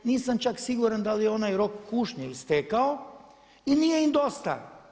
Nisam čak siguran da li je onaj rok kušnje istekao i nije im dosta.